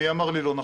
מי אמר לי לא נכון?